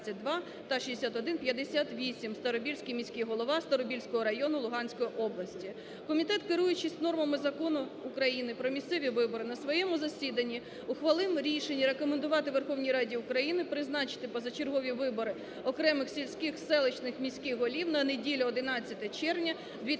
Комітет, керуючись нормами Закону України про місцеві вибори, на своєму засіданні ухвалив рішення рекомендувати Верховній Раді України призначити позачергові вибори окремих сільських, селищних, міських голів на неділю 11 червня 2017